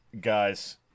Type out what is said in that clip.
Guys